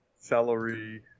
celery